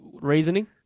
reasoning